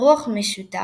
הנוק אאוט 32 נבחרות,